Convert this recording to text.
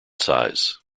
size